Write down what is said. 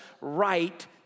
right